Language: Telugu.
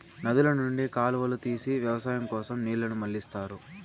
నదుల నుండి కాలువలు తీసి వ్యవసాయం కోసం నీళ్ళను మళ్ళిస్తారు